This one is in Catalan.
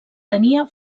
tenia